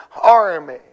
army